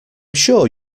sure